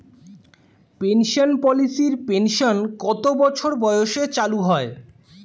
Pension পলিসির pension কত বছর বয়সে চালু হয়?